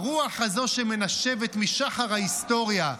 הרוח הזאת שמנשבת משחר ההיסטוריה,